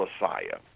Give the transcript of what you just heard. Messiah